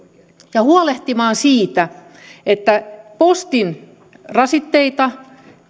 ja huolehtimaan siitä että voidaan keventää postin rasitteita